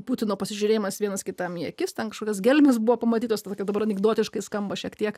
putino pasižiūrėjimas vienas kitam į akis ten kažkokios gelmės buvo pamatytos tada kai dabar anekdotiškai skamba šiek tiek